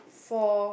for